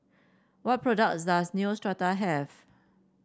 what products does Neostrata have